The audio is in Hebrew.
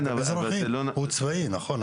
כן, אבל זה לא --- הוא צבאי, נכון.